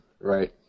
right